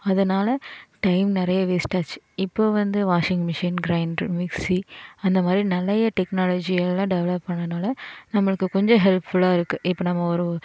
அதனால் டைம் நிறைய வேஸ்ட் ஆச்சு இப்போ வந்து வாஷிங் மிஷின் கிரைண்ட்ரு மிக்சி அந்தமாதிரி நிறைய டெக்னாலஜி எல்லாம் டெவலப் ஆனதால நம்மளுக்கு கொஞ்சம் ஹெல்ப்ஃபுல்லாக இருக்குது இப்போ நம்ம ஒரு